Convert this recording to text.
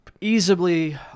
easily